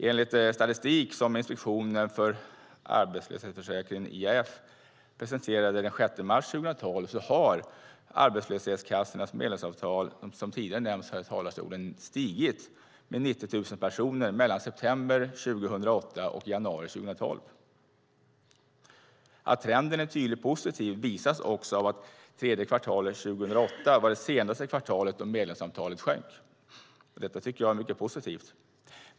Enligt statistik som Inspektionen för arbetslöshetsförsäkringen, IAF, presenterade den 6 mars 2012 har arbetslöshetskassornas medlemsantal som tidigare har nämnts här i talarstolen stigit med 90 000 personer mellan september 2008 och januari 2012. Att trenden är tydligt positiv visas också av att tredje kvartalet 2008 var det senaste kvartalet då medlemsantalet sjönk. Detta tycker jag är mycket positivt.